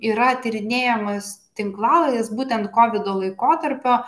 yra tyrinėjamos tinklalaidės būtent kovido laikotarpio